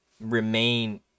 remain